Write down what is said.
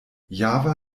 java